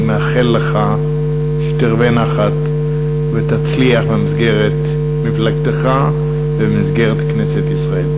אני מאחל לך שתרווה נחת ותצליח במסגרת מפלגתך ובמסגרת כנסת ישראל.